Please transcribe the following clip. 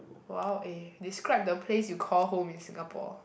!wow! eh describe the place you call home in Singapore